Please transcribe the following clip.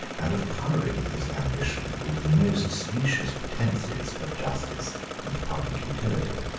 and of coloring his ambition with the most specious pretences of justice and public utility.